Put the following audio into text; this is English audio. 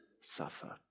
suffer